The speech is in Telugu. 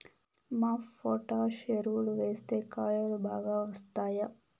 మాప్ పొటాష్ ఎరువులు వేస్తే కాయలు బాగా వస్తాయా?